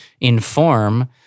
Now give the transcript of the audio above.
inform